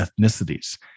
ethnicities